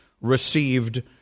received